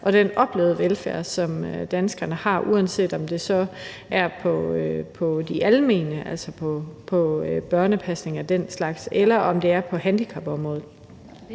og den oplevede velfærd, som danskerne har, uanset om det så er på det almene område, altså børnepasning og den slags, eller om det er på handicapområdet.